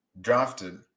drafted